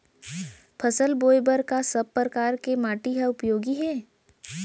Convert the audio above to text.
फसल बोए बर का सब परकार के माटी हा उपयोगी हे?